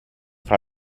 fra